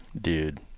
Dude